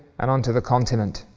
and onto the continent,